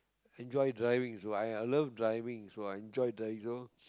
enjoy driving so I I love driving so I enjoy drive you know